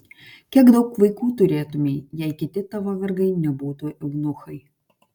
kiek daug vaikų turėtumei jei kiti tavo vergai nebūtų eunuchai